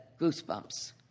goosebumps